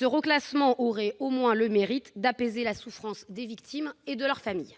aurait au moins le mérite d'apaiser la souffrance des victimes et de leurs familles.